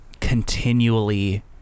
continually